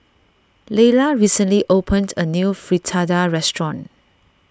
Lela recently opened a new Fritada restaurant